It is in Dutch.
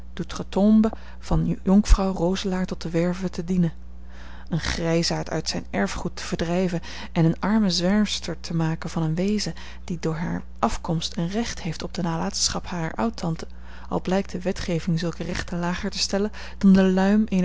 de wraakzucht d'outre tombe van jonkvrouw roselaer tot de werve te dienen een grijsaard uit zijn erfgoed te verdrijven en eene arme zwerfster te maken van eene weeze die door hare afkomst een recht heeft op de nalatenschap harer oudtante al blijkt de wetgeving zulke rechten lager te stellen dan de luim